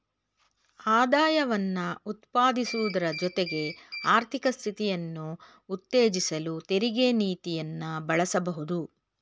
ಆದಾಯವನ್ನ ಉತ್ಪಾದಿಸುವುದ್ರ ಜೊತೆಗೆ ಆರ್ಥಿಕ ಸ್ಥಿರತೆಯನ್ನ ಉತ್ತೇಜಿಸಲು ತೆರಿಗೆ ನೀತಿಯನ್ನ ಬಳಸಬಹುದು